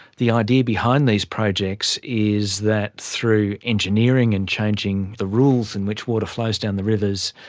the idea behind these projects is that through engineering and changing the rules in which water flows down the rivers,